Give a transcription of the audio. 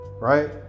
right